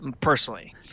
Personally